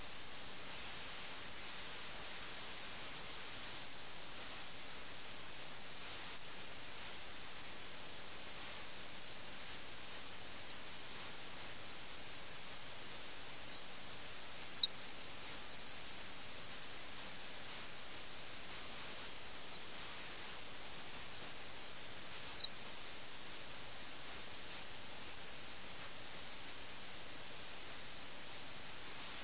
അവർ വലിയ റോഡുകൾ ഉപയോഗിക്കുന്നില്ല നേരെ ഉള്ള റോഡോ നഗരത്തിലെ പ്രധാന റോഡോ ഉപയോഗിക്കുന്നില്ല പകരം വ്യക്തിപരമായ ആഗ്രഹങ്ങൾ വ്യക്തിപരമായ സുഖങ്ങൾക്ക് വേണ്ടി അവർ തങ്ങളുടെ സാമൂഹിക ഉത്തരവാദിത്തത്തിൽ നിന്ന് രക്ഷപ്പെടാൻ വേണ്ടി ചെറിയ പാതകൾ ഉപയോഗിക്കുന്നു അത് അവർ തിരഞ്ഞെടുക്കുന്ന കുറുക്കുവഴികളുടെ പ്രതീകമാണ്